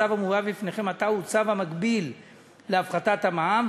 הצו המובא בפניכם עתה הוא צו המקביל להפחתת המע"מ,